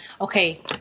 okay